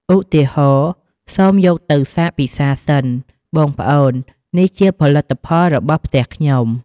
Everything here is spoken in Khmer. ឧទាហរណ៍ សូមយកទៅសាកពិសារសិន បងប្អូន នេះជាផលិតផលរបស់ផ្ទះខ្ញុំ។